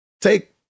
take